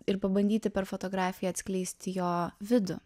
ir pabandyti per fotografiją atskleisti jo vidų